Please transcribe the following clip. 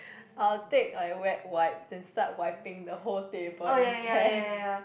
I'll take like wet wipes then start wiping the whole table and chair